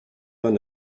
vingt